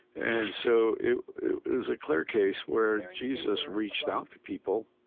and so it is a clear case where jesus reached out to people,